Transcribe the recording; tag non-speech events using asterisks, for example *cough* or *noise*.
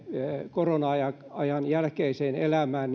korona ajan jälkeiseen elämään *unintelligible*